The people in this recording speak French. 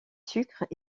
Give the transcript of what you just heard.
sucres